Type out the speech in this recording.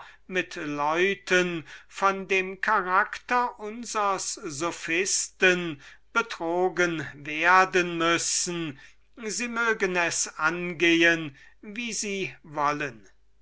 mit leuten von dem charakter unsers sophisten betrogen werden müssen sie mögen es angehen wie sie wollen